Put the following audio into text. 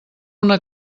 una